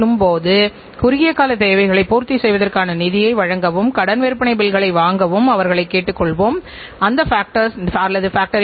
சிறந்த வெளியீட்டைப் பயன்படுத்துகிறோம் இதனால் ஒட்டுமொத்த வெளியீடு அதிகபட்சமாக அதிகரிக்கும்